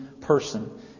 person